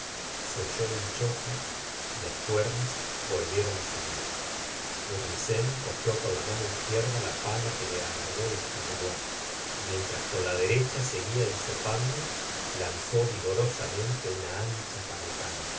se oyó un choque y las cuerdas volvieron á subir bournisien cogió con la mano izquierda la pala que le alargó lestiboudois y mientras con la derecha seguía hisopando lanzó vigorosamente una ancha paletada